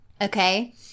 Okay